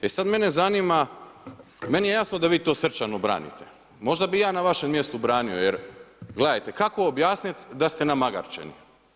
E sad mene zanima, meni je jasno da vi to srčano branite, možda bi i ja na vašem mjestu branio jer gledajte, kako objasniti da ste namagarčeni?